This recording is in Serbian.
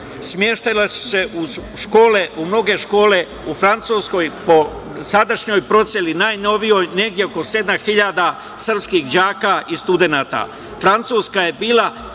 smeštala su se u mnoge škole u Francuskoj. Po sadašnjoj proceni, najnovijoj, negde oko 7.000 srpskih đaka i studenata. Francuska je bila